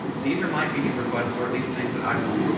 these are my feature requests or at least things that i want.